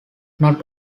not